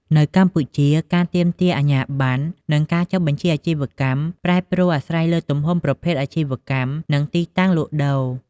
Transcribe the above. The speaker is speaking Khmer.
នៅកម្ពុជា ការទាមទារអាជ្ញាប័ណ្ណ និងការចុះបញ្ជីអាជីវកម្មប្រែប្រួលអាស្រ័យលើទំហំ ប្រភេទអាជីវកម្ម និងទីតាំងលក់ដូរ។